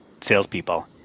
salespeople